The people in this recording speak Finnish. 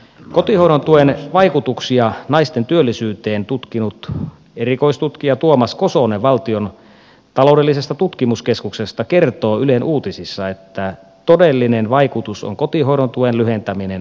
kotihoidon tuen vaikutuksia naisten työllisyyteen tutkinut erikoistutkija tuomas kosonen valtion taloudellisesta tutkimuskeskuksesta kertoo ylen uutisissa että todellinen vaikutus on kotihoidon tuen lyhentäminen äideiltä